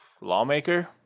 Lawmaker